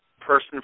person